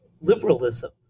liberalism